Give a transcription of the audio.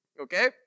okay